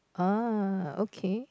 uh okay